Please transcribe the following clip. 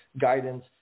guidance